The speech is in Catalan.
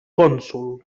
cònsol